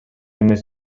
эмес